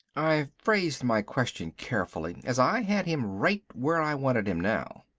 i phrased my question carefully, as i had him right where i wanted him now.